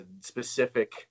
specific